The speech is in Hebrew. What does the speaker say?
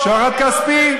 שוחד כספי.